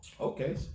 Okay